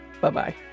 bye-bye